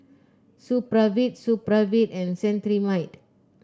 Supravit Supravit and Cetrimide